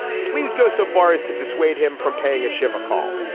please go so far as to dissuade him from paying a shiva call.